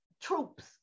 troops